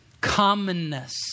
commonness